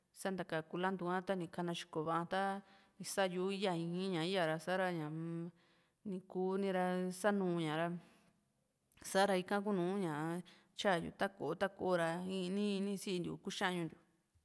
san¿kanta kulantu ha táni kanaxikó va´a ta ni sáa yu´u yp ya ii´n yaa sa´ra ñaa-m nikuni ra sanu ñara sa´ra ika kúnu tyayu ta ko´o ta ko´o ra in i ini kuxañuntiu